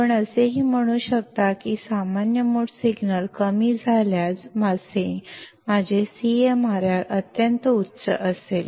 आपण असेही म्हणू शकता की सामान्य मोड सिग्नल कमी असल्यास माझे CMRR अत्यंत उच्च असेल